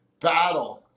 battle